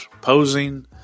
Posing